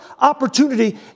opportunity